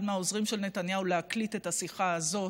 מהעוזרים של נתניהו להקליט את השיחה הזאת